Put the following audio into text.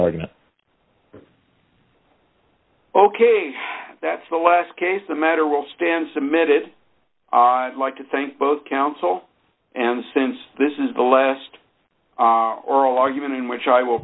argument ok that's the last case the matter will stand submitted like to thank both counsel and since this is the last oral argument in which i will